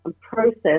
process